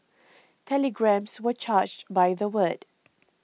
telegrams were charged by the word